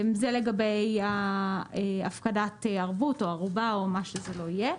זה לגבי הפקדת ערבות או ערובה או מה שזה לא יהיה.